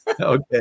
okay